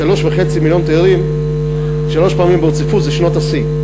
3.5 מיליון תיירים שלוש פעמים ברציפות זה שנות השיא?